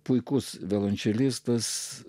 puikus violončelistas